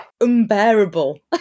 Unbearable